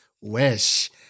wish